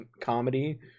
comedy